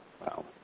Wow